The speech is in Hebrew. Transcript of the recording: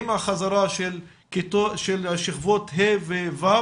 עם החזרה של שכבות ה'-ו'